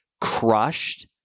crushed